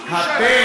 היא הגישה אותו.